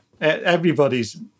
everybody's